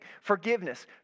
forgiveness